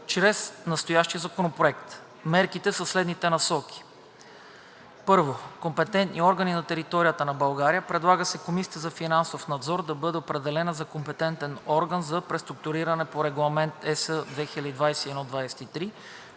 чрез настоящия законопроект. Мерките са в следните насоки: 1. Компетентни органи на територията на България: Предлага се Комисията за финансов надзор (КФН) да бъде определена за компетентен орган за преструктуриране по Регламент (ЕС) 2021/23,